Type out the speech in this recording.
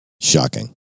Shocking